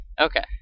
Okay